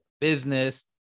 business